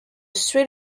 strait